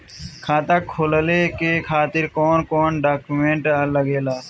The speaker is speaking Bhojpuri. खाता खोले के खातिर कौन कौन डॉक्यूमेंट लागेला?